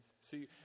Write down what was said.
See